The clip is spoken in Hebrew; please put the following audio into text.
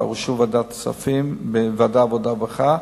אושרו בוועדת הכספים ובוועדת העבודה והרווחה,